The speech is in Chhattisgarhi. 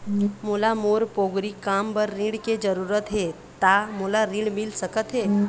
मोला मोर पोगरी काम बर ऋण के जरूरत हे ता मोला ऋण मिल सकत हे?